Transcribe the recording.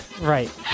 Right